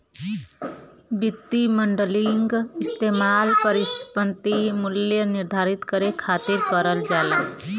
वित्तीय मॉडलिंग क इस्तेमाल परिसंपत्ति मूल्य निर्धारण करे खातिर करल जाला